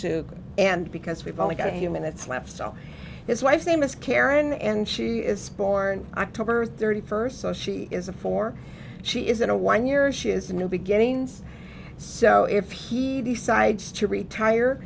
go and because we've only got a few minutes left so it's wife's name is karen and she is sporn i took her thirty first so she is a four she isn't a one year she is a new beginnings so if he decides to retire